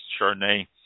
chardonnay